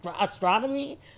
astronomy